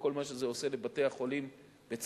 וכל מה שזה עושה לבתי-החולים בצפת,